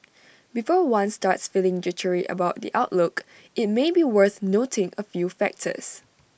before one starts feeling jittery about the outlook IT may be worth noting A few factors